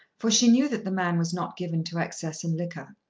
for she knew that the man was not given to excess in liquor.